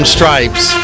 Stripes